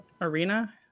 Arena